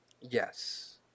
Yes